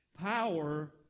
power